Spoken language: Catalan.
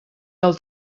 del